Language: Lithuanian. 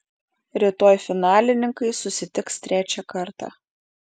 rytoj finalininkai susitiks trečią kartą